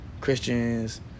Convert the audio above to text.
Christians